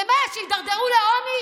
למה, כדי שהם יידרדרו לעוני?